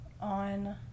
on